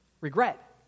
Regret